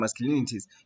masculinities